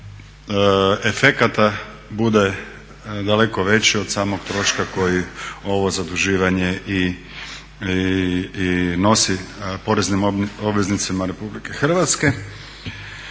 efekata bude daleko veći od samog troška koji ovo zaduživanje i nosi poreznim obveznicima Republike Hrvatske.